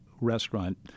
restaurant